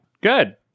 good